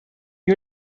you